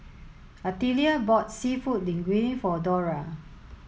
Artelia bought Seafood Linguine for Dora